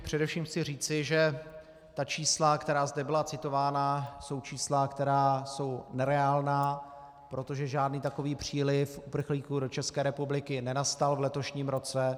Především chci říci, že ta čísla, která zde byla citována, jsou čísla, která jsou nereálná, protože žádný takový příliv uprchlíků do České republiky nenastal v letošním roce.